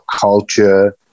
culture